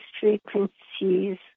frequencies